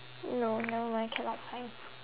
no never mind cannot find